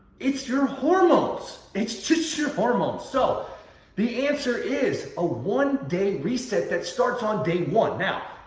it's your hormones. it's just your hormones. so the answer is a one day reset that starts on day one. now,